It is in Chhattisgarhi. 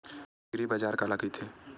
एग्रीबाजार काला कइथे?